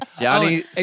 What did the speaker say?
Johnny